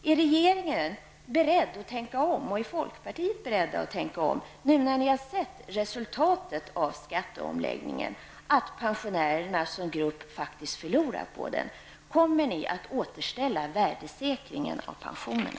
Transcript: Är regeringen och folkpartiet beredda att tänka om nu när ni har sett resultatet av skatteomläggningen, att pensionärerna som grupp förlorat på den? Kommer ni att återställa värdesäkringen av pensionerna?